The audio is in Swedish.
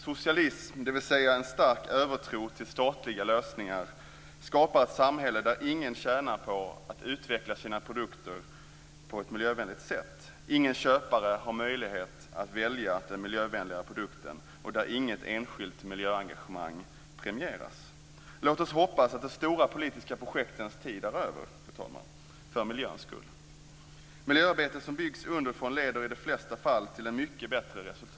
Socialism, dvs. en stark övertro på statliga lösningar, skapar ett samhälle där ingen tjänar på att utveckla sina produkter på ett miljövänligt sätt, ingen köpare har möjlighet att välja den miljövänligare produkten och inget enskilt miljöengagemang premieras. Låt oss hoppas att de stora politiska projektens tid är över, fru talman, för miljöns skull. Ett miljöarbete som byggs underifrån leder i de flesta fall till ett mycket bättre resultat.